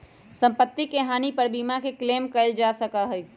सम्पत्ति के हानि पर बीमा के क्लेम कइल जा सका हई